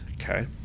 Okay